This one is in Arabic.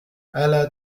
ألا